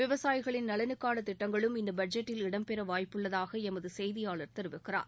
விவசாயிகளின் நலனுக்கான திட்டங்களும் இந்த பட்ஜெட்டில் இடம்பெற வாய்ப்புள்ளதாக எமது செய்தியாளர் தெரிவிக்கிறார்